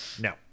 No